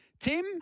Tim